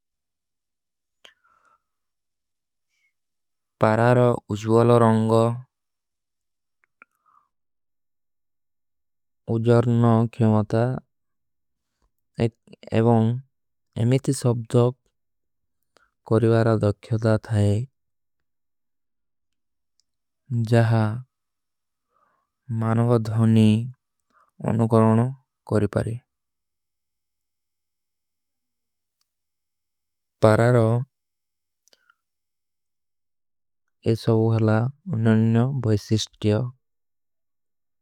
ପରାରୋ ଉଜଵଲୋ ରଂଗୋ ଉଜରନୋ କିମାତା। ଏବଂ ଏମେଥୀ ସବ୍ଦୋଗ କରିଵାରା ଦକ୍ଯୋଦା। ଥାଈ ଜହା ମାନଵଦ୍ଧୋନୀ ଅନୁକରଵନୋ କରିପାରେ ପରାରୋ। ଯେ ସବୁହଲା ନନ୍ଯୋ ଭୈସିଷ୍ଟ କିଯୋ।